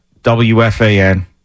WFAN